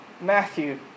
Matthew